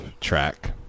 Track